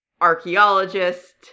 archaeologist